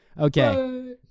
Okay